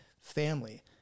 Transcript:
family